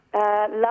Last